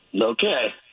Okay